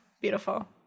Beautiful